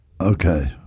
Okay